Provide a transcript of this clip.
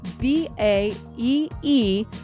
B-A-E-E